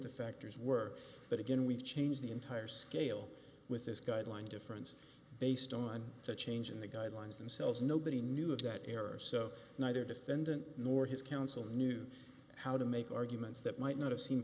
the factors were but again we've changed the entire scale with this guideline difference based on the change in the guidelines themselves nobody knew of that error so neither defendant nor his counsel knew how to make arguments that might not have seem